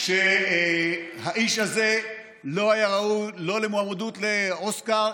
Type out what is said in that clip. שהאיש הזה לא היה ראוי לא למועמדות לאוסקר,